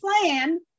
plan